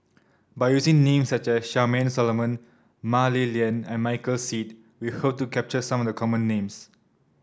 by using names such as Charmaine Solomon Mah Li Lian and Michael Seet we hope to capture some of the common names